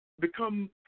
become